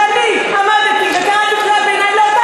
כשאני עמדתי וקראתי קריאות ביניים לאותה